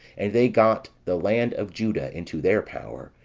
and they got the land of juda into their power,